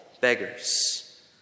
beggars